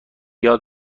یاد